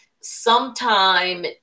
sometime